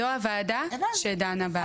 זו הוועדה שדנה.